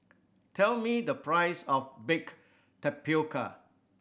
tell me the price of baked tapioca